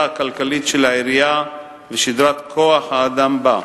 הכלכלית של העירייה ושדרת כוח האדם בה,